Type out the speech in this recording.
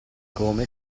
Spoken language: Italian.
come